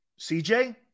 CJ